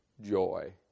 joy